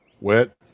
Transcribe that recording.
wet